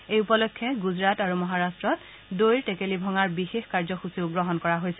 এই উপলক্ষে গুজৰাট আৰু মহাৰাট্টত দৈৰ টেকেলী ভঙাৰ বিশেষ কাৰ্যসূচীও গ্ৰহণ কৰা হৈছে